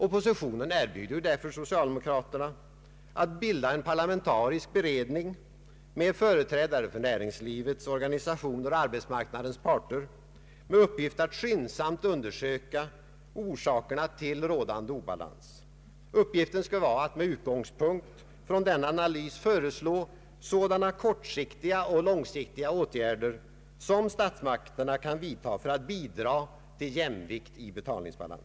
Mittenpartierna erbjuder därför socialdemokraterna att gå med i en parlamentarisk beredning med företrädare för näringslivets organisationer och «arbetsmarknadens parter med uppgift att skyndsamt undersöka orsakerna till rådande obalans. Uppgiften skulle vidare vara att med utgångspunkt från denna analys föreslå sådana kortsiktiga och långsiktiga åtgärder som statsmakterna kan vidta för att bidra till jämvikt i betalningsbalansen.